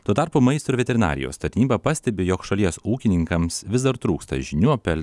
tuo tarpu maisto ir veterinarijos tarnyba pastebi jog šalies ūkininkams vis dar trūksta žinių apie